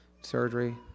surgery